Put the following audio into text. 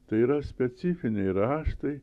tai yra specifiniai raštai